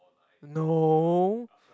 no